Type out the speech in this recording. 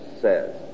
says